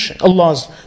Allah's